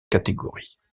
catégories